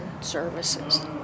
services